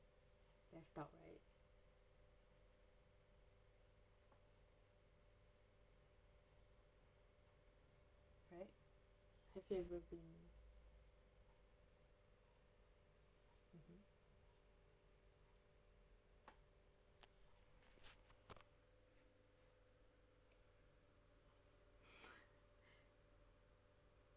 left out right right have you ever been mmhmm